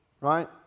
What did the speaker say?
Right